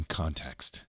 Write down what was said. context